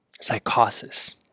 psychosis